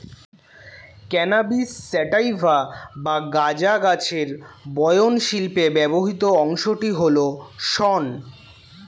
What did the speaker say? cannabis sativa বা গাঁজা গাছের বয়ন শিল্পে ব্যবহৃত অংশটি হল শন